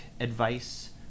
advice